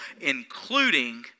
including